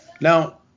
now